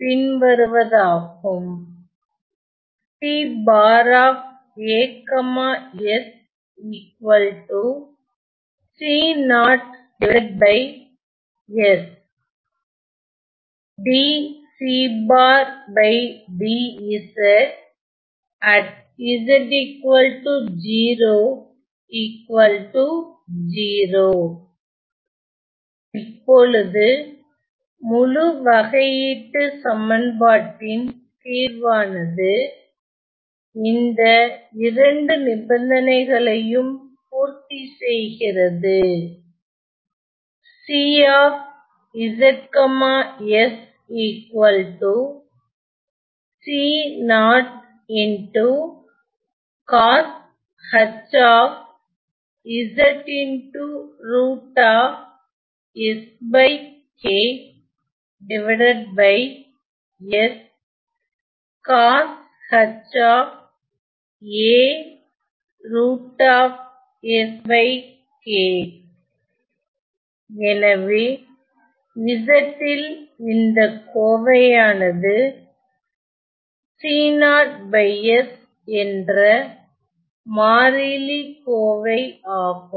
பின் வருவதாகும் இப்பொழுது முழு வகையீட்டுச் சமன்பாட்டின் தீர்வானது இந்த இரண்டு நிபந்தனைகளையும் பூர்த்தி செய்கிறது எனவே z இல் இந்த கோவையானது என்ற மாறிலி கோவை ஆகும்